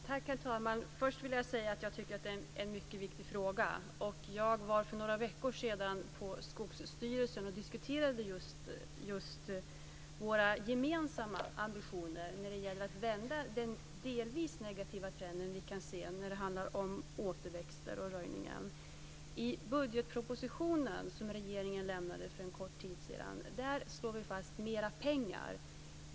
Herr talman! Först vill jag säga att jag tycker att det är en mycket viktig fråga. Jag var för några veckor sedan på Skogsstyrelsen och diskuterade våra gemensamma ambitioner att vända den delvis negativa trend som vi kan se när det handlar om återväxt och röjning. I budgetpropositionen som regeringen lämnade för en kort tid sedan anslår vi mer pengar.